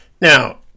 Now